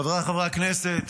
חבריי חברי הכנסת,